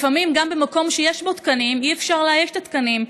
לפעמים גם במקום שיש בו תקנים אי-אפשר לאייש את התקנים,